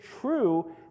true